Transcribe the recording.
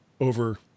over